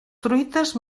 truites